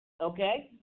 Okay